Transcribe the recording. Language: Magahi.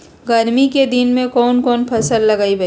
गर्मी के दिन में कौन कौन फसल लगबई?